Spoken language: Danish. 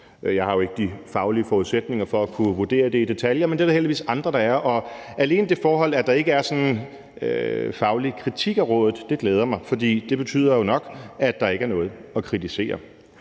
Jeg har jo ikke de faglige forudsætninger for at kunne vurdere det i detaljer, men det er der heldigvis andre, der har, og alle alene det forhold, at der ikke udtrykkes faglig kritik af rådet, glæder mig, for det betyder jo nok, at der ikke er noget at kritisere.